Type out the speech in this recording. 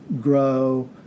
grow